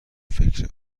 فکر